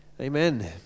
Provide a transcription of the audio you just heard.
Amen